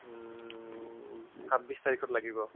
ছাব্বিছ তাৰিখত লাগিব